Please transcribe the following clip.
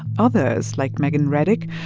others, like meghan reddick,